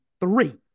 three